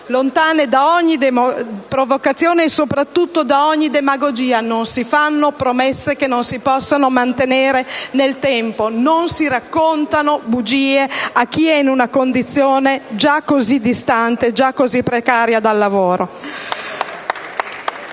lontane da ogni provocazione e soprattutto da ogni demagogia: non si fanno promesse che non si possono mantenere nel tempo, non si raccontano bugie a chi è in una condizione già così precaria e distante dal lavoro!